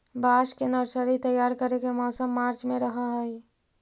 बांस के नर्सरी तैयार करे के मौसम मार्च में रहऽ हई